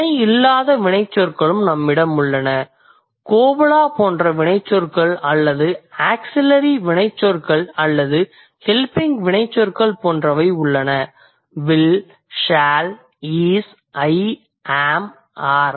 வினை இல்லாத வினைச்சொற்களும் நம்மிடம் உள்ளன கோபுலா போன்ற வினைச்சொற்கள் அல்லது ஆக்சிலரி வினைச்சொற்கள் அல்லது ஹெல்பிங் வினைச்சொற்கள் போன்றவை உள்ளன will shall is I am R